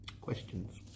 questions